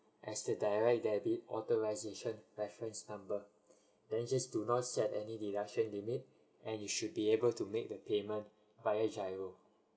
as a direct debit authorization reference number then just do not set any deduction limit and you should be able to make the payment via giro